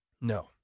No